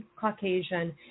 Caucasian